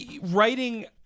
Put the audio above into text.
writing